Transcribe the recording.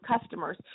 customers